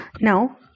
now